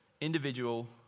individual